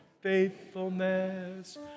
faithfulness